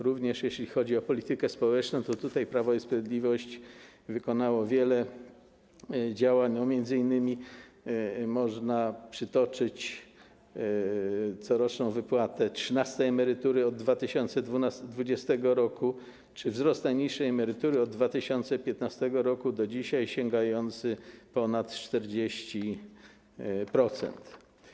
Również jeśli chodzi o politykę społeczną, to Prawo i Sprawiedliwość wykonało wiele działań, m.in. można przytoczyć przykłady corocznej wypłaty trzynastej emerytury od 2020 r. czy wzrostu najniższej emerytury od 2015 r. do dzisiaj, sięgającego ponad 40%.